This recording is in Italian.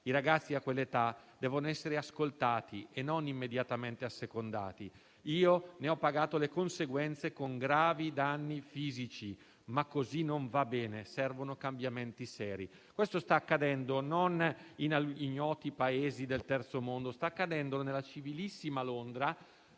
I ragazzi a quell'età devono essere ascoltati e non immediatamente assecondati. Io ne ho pagato le conseguenze, con danni gravi fisici. Ma così non va bene, servono cambiamenti seri». Questo sta accadendo non in ignoti Paesi del terzo mondo, ma nella civilissima Londra,